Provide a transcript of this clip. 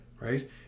Right